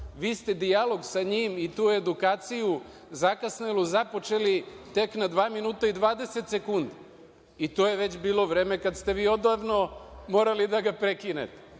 u dijalogu, sa njim i tu edukaciju, zakasnelu, započeli tek na dva minuta i 20 sekundi, i to je već bilo vreme kada ste vi odavno morali da ga prekinete. Prema